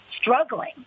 struggling